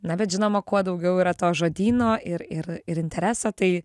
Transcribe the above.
na bet žinoma kuo daugiau yra to žodyno ir ir ir intereso tai